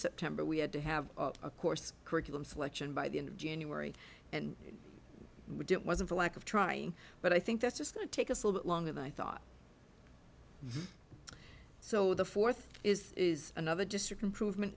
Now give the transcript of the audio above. september we had to have a course curriculum selection by the end of january and we didn't wasn't for lack of trying but i think that's just going to take us a bit longer than i thought so the fourth is is another district improvement